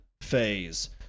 phase